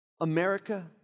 America